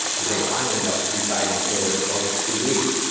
and they finally ended up deciding they were gonna close for two weeks,